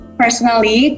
personally